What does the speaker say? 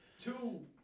two